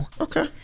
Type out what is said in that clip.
Okay